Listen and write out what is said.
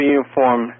Uniform